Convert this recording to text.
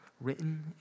written